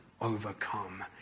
overcome